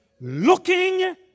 looking